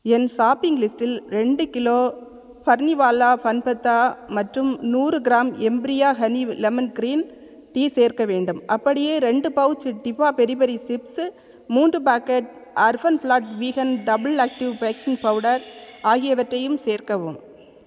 என் shopping லிஸ்ட்டில் ரெண்டு kilo ஃபர்னிவாலா ஃபன் பத்தா மற்றும் நூறு கிராம் எம்ப்ரியா ஹெனி லெமன் க்ரீன் டீ சேர்க்க வேண்டும் அப்படியே ரெண்டு பவுச் டிபா பெரி பெரி சிப்ஸ் மூன்று பாக்கெட் அர்ஃபன் ப்ளாட் vegan double active baking powder ஆகியவற்றையும் சேர்க்கவும்